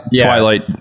Twilight